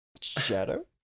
Shadow